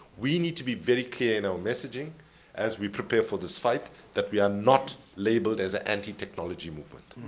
we need to be very clear in our messaging as we prepare for this fight that we are not labeled as an anti-technology movement.